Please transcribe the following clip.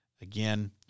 again